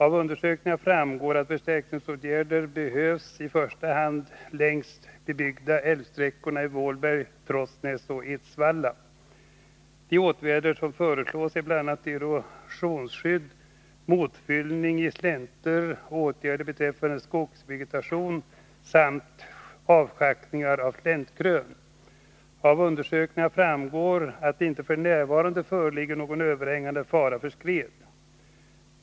Av undersökningarna framgår att förstärkningsåtgärder behövs i första hand längs bebyggda älvsträckor i Vålberg, Trossnäs och Edsvalla. De åtgärder som föreslås är bl.a. erosionsskydd, motfyllning i slänter, åtgärder beträffande skogsvegetation samt avschaktningar av släntkrön. Av undersökningarna framgår att det inte f. n. föreligger någon överhängande fara för skred.